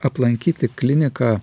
aplankyti kliniką